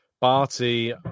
Barty